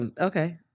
Okay